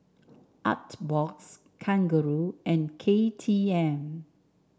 Artbox Kangaroo and K T M